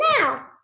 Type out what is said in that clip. now